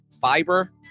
Fiber